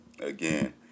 again